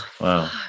wow